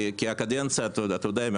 כי הקדנציה אתה יודע,